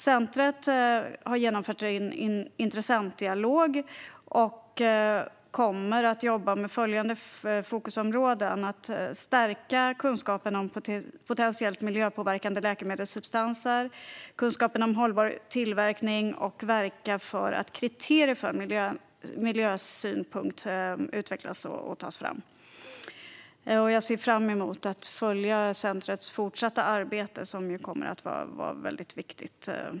Centrumet har genomfört en intressentdialog och kommer att jobba med följande fokusområden: att stärka kunskapen om potentiellt miljöpåverkande läkemedelssubstanser, att stärka kunskapen om hållbar tillverkning och att verka för att kriterier för miljöhänsyn utvecklas och tas fram. Jag ser fram emot att följa centrumets fortsatta arbete, som kommer att vara väldigt viktigt.